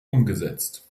umgesetzt